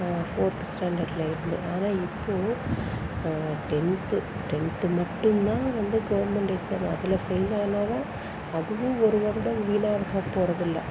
fourth ஸ்டாண்டர்டில் இருந்து ஆனால் இப்போது டென்த்து டென்த்து மட்டும்தான் வந்து கவர்மெண்ட் எக்ஸாம் அதில் ஃபெயில் ஆனாலும் அதுவும் ஒரு வருடம் வீணாக போகிறதில்ல